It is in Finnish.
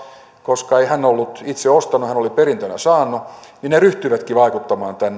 koska ei hän ollut itse ostanut hän oli perintönä saanut niin ne ryhtyivätkin vaikuttamaan